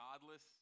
godless